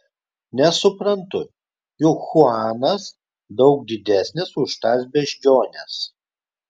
nesuprantu juk chuanas daug didesnis už tas beždžiones